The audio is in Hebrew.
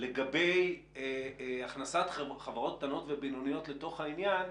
לגבי הכנסת חברות קטנות ובינוניות לתוך העניין?